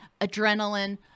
adrenaline